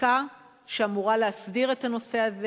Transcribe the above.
חקיקה שאמורה להסדיר את הנושא הזה.